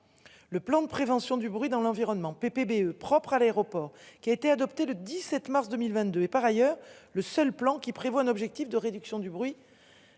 Le plan de prévention du bruit dans l'environnement ppb propre à l'aéroport qui a été adoptée le 17 mars 2022 et par ailleurs, le seul plan qui prévoit un objectif de réduction du bruit.